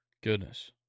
Goodness